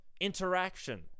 interaction